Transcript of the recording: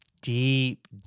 deep